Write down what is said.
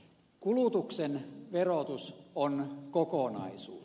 kulutuksen verotus on kokonaisuus